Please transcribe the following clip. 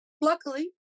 Luckily